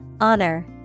Honor